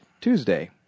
Tuesday